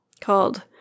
Called